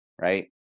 right